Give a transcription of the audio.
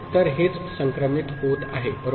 तर हेच संक्रमित होत आहे बरोबर